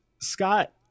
scott